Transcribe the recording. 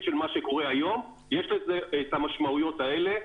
של מה שקורה היום אלא יש לזה את המשמעויות האלה.